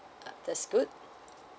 uh that's good